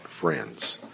friends